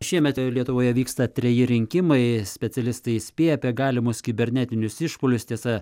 šiemet lietuvoje vyksta treji rinkimai specialistai įspėja apie galimus kibernetinius išpuolius tiesa